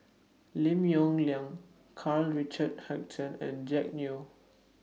Lim Yong Liang Karl Richard Hanitsch and Jack Neo